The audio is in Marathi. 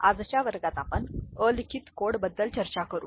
आजच्या वर्गात आपण अलिखित कोडबद्दल चर्चा करू